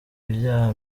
ibyaha